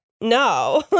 no